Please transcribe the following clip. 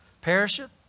perisheth